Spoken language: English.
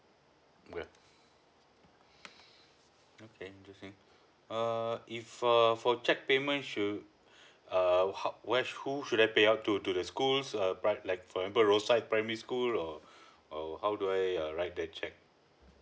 okay okay interesting err if err for cheque payment shuld err how where sh~ who should I pay up to to the school's err pir~ like for example rosyth primary school or uh how do I uh write that cheque